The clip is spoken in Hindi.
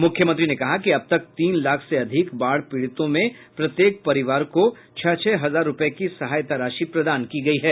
मुख्यमंत्री ने कहा कि अब तक तीन लाख से अधिक बाढ़ पीड़ितों में प्रत्येक परिवार को छः छः हजार रुपये की सहायता राशि प्रदान की गयी है